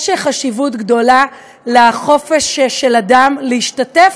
יש חשיבות גדולה לחופש של אדם להשתתף,